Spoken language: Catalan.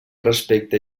respecte